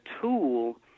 tool